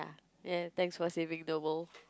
ya thanks for saving the world